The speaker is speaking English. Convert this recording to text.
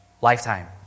Lifetime